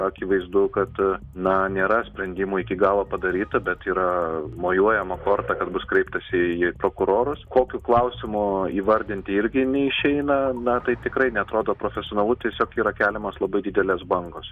akivaizdu kad na nėra sprendimų iki galo padaryta bet yra mojuojama korta kad bus kreiptasi į prokurorus kokiu klausimu įvardinti irgi neišeina na tai tikrai neatrodo profesionalu tiesiog yra keliamos labai didelės bangos